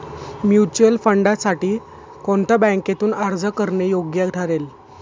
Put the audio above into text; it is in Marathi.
म्युच्युअल फंडांसाठी कोणत्या बँकेतून अर्ज करणे योग्य ठरेल?